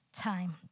time